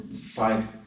five